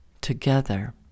together